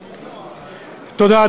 תודה.